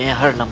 yeah hurt um